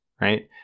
right